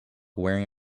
wearing